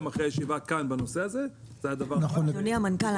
אדוני המנכ"ל,